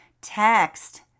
text